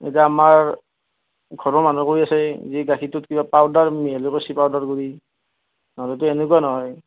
এতিয়া আমাৰ ঘৰৰ মানুহে কৈ আছে যে গাখীৰটো কিবা পাউডাৰ মিহলি কৰ্চি পাউডাৰ গুড়ি নহলেতো এনেকুৱা নহয়